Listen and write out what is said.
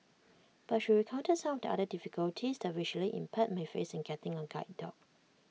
but she recounted some of the other difficulties the visually impaired may face in getting A guide dog